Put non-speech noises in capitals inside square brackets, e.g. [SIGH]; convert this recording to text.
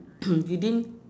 [COUGHS] you didn't